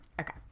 Okay